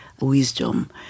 wisdom